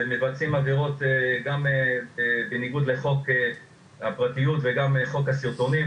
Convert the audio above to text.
ומבצעים עבירות בניגוד לחוק הפרטיות וחוק הסרטונים.